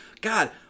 God